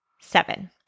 seven